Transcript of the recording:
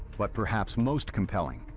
but perhaps most compelling,